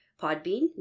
Podbean